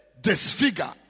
Disfigure